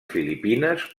filipines